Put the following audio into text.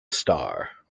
star